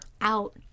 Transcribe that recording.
out